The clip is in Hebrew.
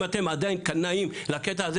אם אתם עדיין קנאים לקטע הזה,